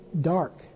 dark